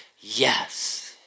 yes